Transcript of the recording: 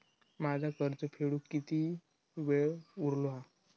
माझा कर्ज फेडुक किती वेळ उरलो हा?